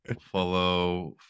Follow